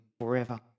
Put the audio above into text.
forever